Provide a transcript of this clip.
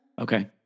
okay